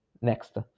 next